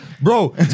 bro